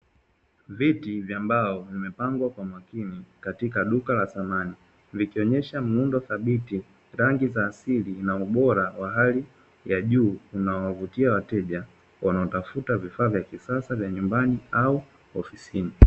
Viti vya mbao vimepangwa kwa makini katika duka la samani, vikionyesha muundo thabiti na rangi za asili na bora wa hali ya juu vinavyowavutia wateja wanaotafuta vifaa vya kisasa vya nyumbani au maofisini.